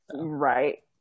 right